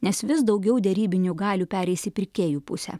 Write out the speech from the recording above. nes vis daugiau derybinių galių pereis į pirkėjų pusę